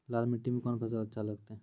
लाल मिट्टी मे कोंन फसल अच्छा लगते?